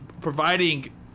providing